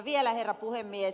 vielä herra puhemies